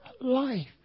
life